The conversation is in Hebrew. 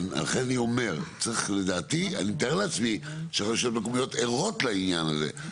אני מתאר לעצמי שהרשויות המקומיות ערות לעניין הזה,